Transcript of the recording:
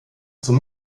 zum